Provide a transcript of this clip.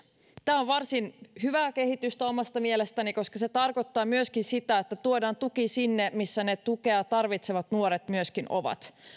tämä on varsin hyvää kehitystä omasta mielestäni koska se tarkoittaa myöskin sitä että tuodaan tuki sinne missä ne tukea tarvitsevat nuoret myöskin ovat